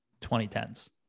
2010s